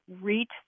reach